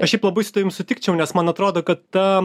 o šiaip labai su tavim sutikčiau nes man atrodo kad ta